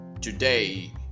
today